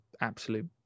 absolute